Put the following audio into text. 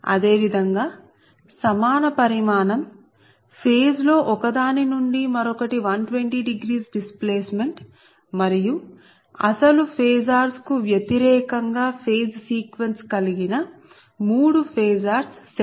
అదే విధంగా సమాన పరిమాణం ఫేజ్ లో ఒకదాని నుండి మరొకటి 1200 డిస్ప్లేసెమెంట్ మరియు అసలు ఫేసార్స్ కు వ్యతిరేకంగా ఫేజ్ సీక్వెన్స్ కలిగిన మూడు ఫేసార్స్ సెట్